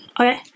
okay